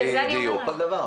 בדיוק.